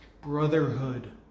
brotherhood